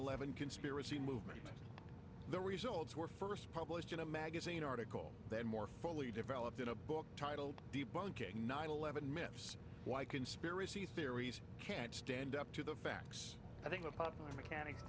eleven conspiracy movement but the results were first published in a magazine article that more fully developed in a book titled debugging nine eleven maps why conspiracy theories can't stand up to the facts i think the popular mechanics